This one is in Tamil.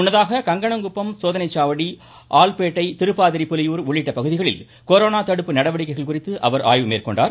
முன்னதாக கங்கனங்குப்பம் சோதனைசாவடி ஆல் பேட்டை உள்ளிட்ட பகுதிகளில் கொரோனா தடுப்பு நடவடிக்கைகள் குறித்து அவர் ஆய்வு மேற்கொண்டார்